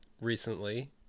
recently